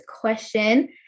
question